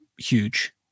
huge